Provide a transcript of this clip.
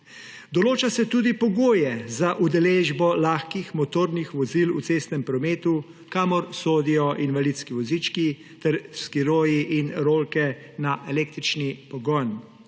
Določajo se tudi pogoji za udeležbo lahkih motornih vozil v cestnem prometu, kamor sodijo invalidski vozički ter skiroji in rolke na električni pogon.